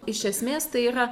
iš esmės tai yra